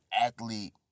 athlete